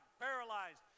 paralyzed